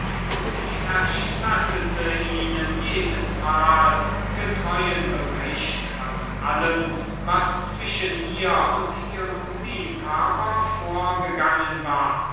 cleonissa erstattete ihnen jedes mal getreuen bericht von allem was zwischen ihr und ihrem liebhaber vorgegangen war